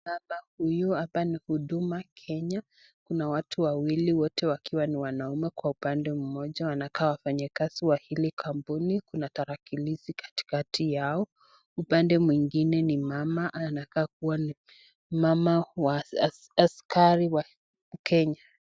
Baba huyu ,hapa ni huduma Kenya tunaona watu wawili wakiwa wote ni wanaume kwa upande mmoja wanakaa wafanyikazi wa hili kampuni ,kuna tarakilishi katikati yao ,upande mwingine ni mama anakaa kuwa ni askari wa Kenya.